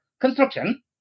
construction